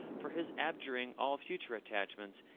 for his abjuring all future attachments,